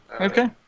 Okay